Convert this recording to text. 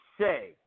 say